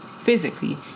physically